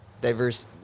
Diverse